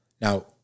Now